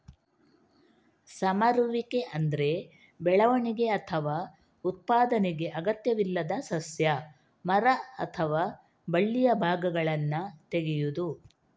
ಸಮರುವಿಕೆ ಅಂದ್ರೆ ಬೆಳವಣಿಗೆ ಅಥವಾ ಉತ್ಪಾದನೆಗೆ ಅಗತ್ಯವಿಲ್ಲದ ಸಸ್ಯ, ಮರ ಅಥವಾ ಬಳ್ಳಿಯ ಭಾಗಗಳನ್ನ ತೆಗೆಯುದು